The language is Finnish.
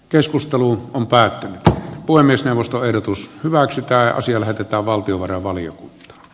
keskusteluun päätynyttä voimistelusta ehdotus hyväksytään asialliset että valtiovarainvalion